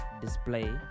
display